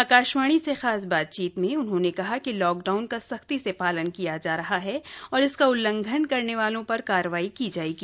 आकाशवाणी से खास बातचीत में उन्होंने कहा कि लॉकडाउन का सख्ती से पालन किया जा रहा है और इसका उल्लंघन करने वालों पर कार्रवाई की जाएगी